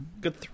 Good